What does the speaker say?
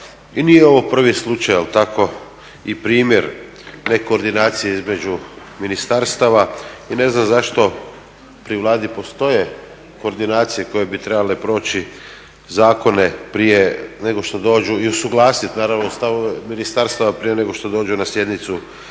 nije ovo prvi slučaj a tako i primjer nekoordinacije između ministarstva. I ne znam zašto pri Vladi postoje koordinacije koje bi trebale proći zakone prije nego što dođu i usuglasit naravno stavove ministarstva prije nego što dođu na sjednicu